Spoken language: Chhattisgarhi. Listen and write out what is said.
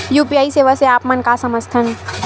यू.पी.आई सेवा से आप मन का समझ थान?